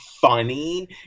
funny